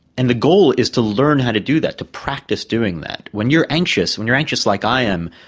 and the goal is to learn how to do that, to practise doing that. when you're anxious, when you're anxious like i am,